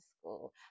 school